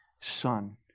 son